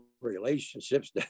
relationships